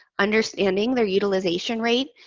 understanding their utilization rate,